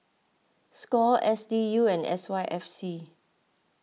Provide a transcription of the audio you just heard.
Score S D U and S Y F C